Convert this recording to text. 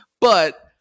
but-